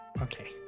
Okay